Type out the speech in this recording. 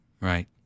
Right